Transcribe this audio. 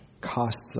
costs